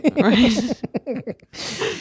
Right